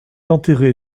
enterrée